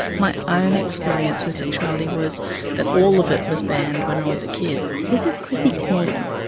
my own experience with sexuality was that all of it was banned when i was a kid. this is krissy kneen,